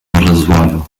razoável